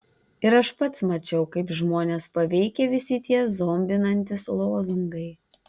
ir aš pats mačiau kaip žmones paveikia visi tie zombinantys lozungai